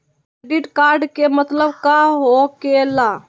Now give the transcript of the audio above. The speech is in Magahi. क्रेडिट कार्ड के मतलब का होकेला?